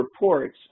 reports